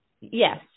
Yes